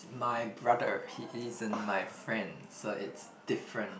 my brother he isn't my friend so it's different